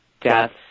deaths